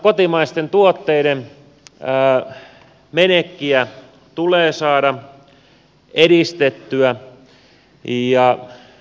kotimaisten tuotteiden menekkiä tulee saada edistettyä